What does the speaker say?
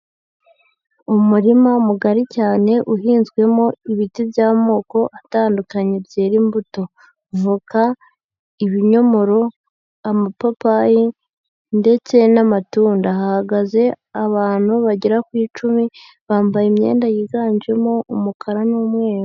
Umurima mugari cyane uhinzwemo ibiti by'amoko atandukanye byera imbuto voka, ibinyomoro, amapapayi ndetse n'amatunda. Hahagaze abantu bagera ku icumi bambaye imyenda yiganjemo umukara n'umweru.